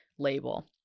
label